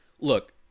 look